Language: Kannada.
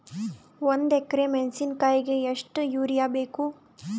ಒಂದ್ ಎಕರಿ ಮೆಣಸಿಕಾಯಿಗಿ ಎಷ್ಟ ಯೂರಿಯಬೇಕು?